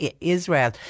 Israel